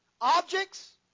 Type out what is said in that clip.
Objects